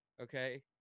okay